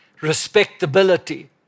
respectability